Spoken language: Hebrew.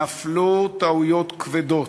נפלו טעויות כבדות.